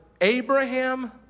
Abraham